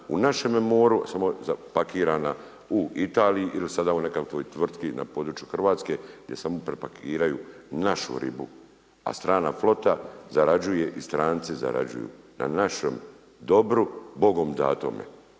u našemu moru samo zapakirana u Italiji ili sada u nekakvoj tvrtki na području Hrvatske gdje samo prepakiraju našu ribu, a strana flota zarađuje i stranci zarađuju na našem dobru Bogom datome.